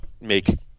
make